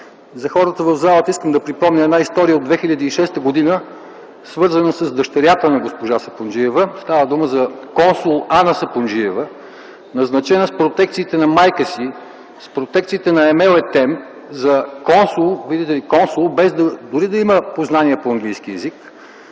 На хората в залата искам да припомня една история от 2006 г., свързана с дъщерята на госпожа Сапунджиева. Става дума за консул Ана Сапунджиева, назначена с протекциите на майка си, с протекциите на Емел Етем за консул, видите ли – консул, без дори да има познания по английски език